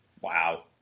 Wow